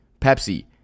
Pepsi